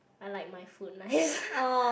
I like my food nice